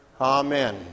amen